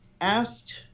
asked